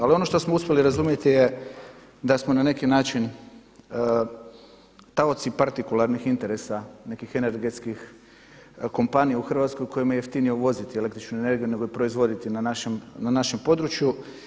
Ali ono što smo uspjeli razumjeti je da smo na neki način taoci partikularnih interesa nekih energetskih kompanija u Hrvatskoj kojima je jeftinije uvoziti električnu energiju, nego je proizvoditi na našem području.